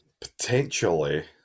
potentially